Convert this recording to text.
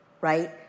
right